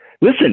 Listen